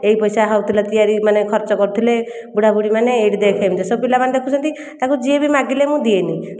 ଏହି ପଇସା ହେଉଥିଲା ତିଆରି ମାନେ ଖର୍ଚ୍ଚ କରୁଥିଲେ ବୁଢ଼ା ବୁଢ଼ୀମାନେ ଏଇଠି ଦେଖେ ଏମିତି ସବୁ ପିଲାମାନେ ଦେଖୁଛନ୍ତି ତାକୁ ଯିଏ ବି ମାଗିଲେ ମୁଁ ଦିଏନି